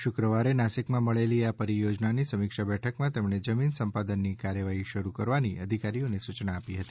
શુક્રવારે નાસિકમાં મળેલી આ પરિયોજનાની સમીક્ષા બેઠકમાં તેમણે જમીન સંપાદનની કાર્યવાહી શરૂ કરવાની અધિકારીઓને સૂચના આપી હતી